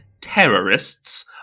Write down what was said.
terrorists